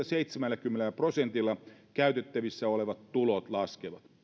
seitsemälläkymmenellä prosentilla käytettävissä olevat tulot kasvavat he